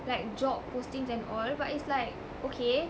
like job postings and all but it's like okay